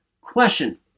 Question